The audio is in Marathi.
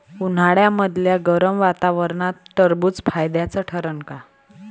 उन्हाळ्यामदल्या गरम वातावरनात टरबुज फायद्याचं ठरन का?